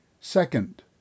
Second